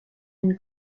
une